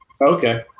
Okay